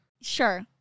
sure